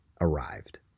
arrived